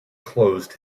closed